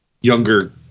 younger